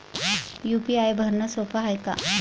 UPI भरनं सोप हाय का?